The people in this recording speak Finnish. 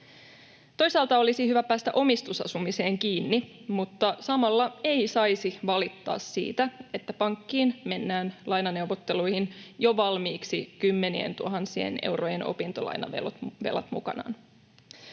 Toisaalta olisi hyvä päästä omistusasumiseen kiinni, mutta samalla ei saisi valittaa siitä, että pankkiin mennään lainaneuvotteluihin jo valmiiksi kymmenientuhansien eurojen opintolainavelat mukanaan.